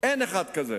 אין אחד כזה.